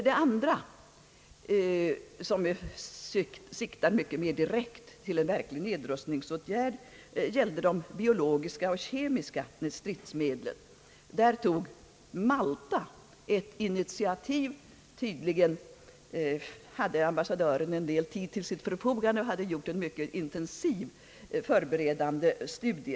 Det andra som siktar mycket mer direkt till en verklig nedrustningsåtgärd gällde de biologiska och kemiska stridsmedlen. Där tog Malta ett initiativ. Tydligen hade ambassadören en del tid till sitt förfogande, och han hade gjort en mycket intensiv förberedande studie.